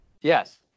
Yes